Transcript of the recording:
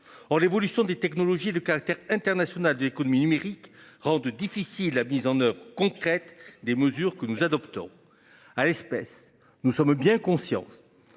Or, l'évolution des technologies de caractère international de l'économie numérique rendent difficile la mise en oeuvre concrète des mesures que nous adoptons. À l'espèce nous sommes bien conscience.